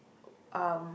um